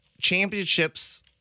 championships